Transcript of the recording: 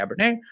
Cabernet